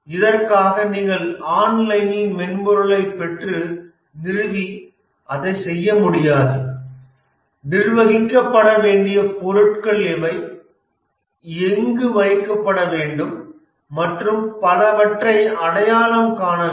இதற்காக நீங்கள் ஆன்லைனில் மென்பொருளைப் பெற்று நிறுவி அதைச் செய்ய முடியாது நிர்வகிக்கப்பட வேண்டிய பொருட்கள் எவை எங்கு வைக்கப்பவேண்டும் மற்றும் பலவற்றை அடையாளம் காண வேண்டும்